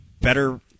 better